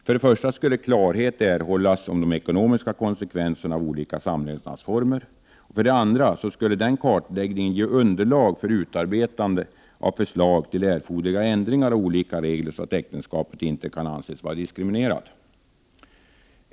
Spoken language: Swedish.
För det första skulle klarhet erhållas om de ekonomiska konsekvenserna av olika samlevnadsformer. För det andra skulle denna kartläggning ge underlag för utarbetande av förslag till erforderliga ändringar av olika regler, så att äktenskapet inte kan anses vara diskriminerat.